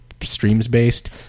streams-based